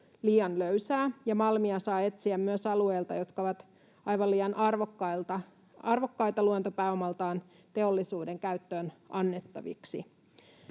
liian löysää ja malmia saa etsiä myös alueilta, jotka ovat aivan liian arvokkaita luontopääomaltaan teollisuuden käyttöön annettaviksi.